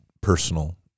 personal